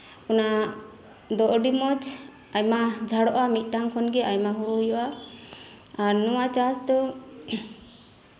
ᱚᱱᱟ ᱫᱚ ᱟᱹᱰᱤ ᱢᱚᱸᱡ ᱟᱭᱢᱟ ᱡᱷᱟᱲᱚᱜᱼᱟ ᱢᱤᱫᱴᱟᱱ ᱠᱷᱚᱱᱜᱮ ᱟᱭᱢᱟ ᱦᱩᱲᱩ ᱦᱩᱭᱩᱜᱼᱟ ᱟᱨ ᱱᱚᱣᱟ ᱪᱟᱥ ᱫᱚ